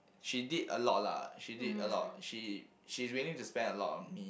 she did a lot lah she did a lot she she is willing to spend a lot on me